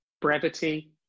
Brevity